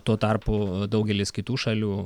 tuo tarpu daugelis kitų šalių